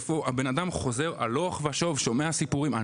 הבן אדם חוזר הלוך ושוב שומע סיפורים.